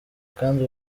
kandi